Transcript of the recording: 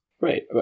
Right